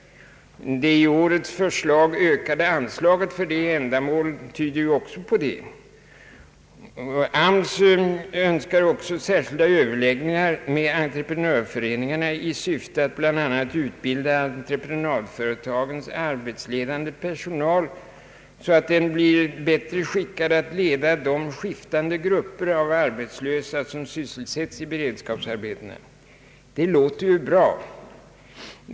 Det i årets förslag ökade anslaget för detta ändamål tyder också därpå. AMS önskar också få till stånd särskilda överläggningar med entreprenörföreningarna i syfte att bl.a. utbilda entreprenadföretagens arbetsledande personal, så att den blir bättre skickad att leda de skiftande grupper av arbetslösa som sysselsätts i beredskapsarbetena. Det låter bra.